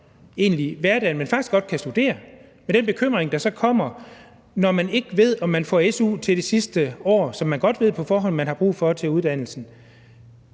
overkomme hverdagen, men faktisk godt kan studere, kommer der en bekymring, når man ikke ved, om man får su til det sidste år, som man godt ved på forhånd man har brug for til uddannelsen.